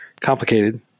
complicated